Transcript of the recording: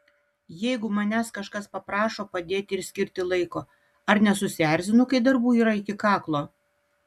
jeigu manęs kažkas paprašo padėti ir skirti laiko ar nesusierzinu kai darbų yra iki kaklo